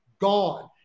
gone